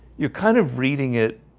you're kind of reading it